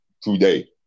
Today